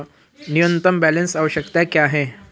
न्यूनतम बैलेंस आवश्यकताएं क्या हैं?